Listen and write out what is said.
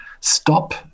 stop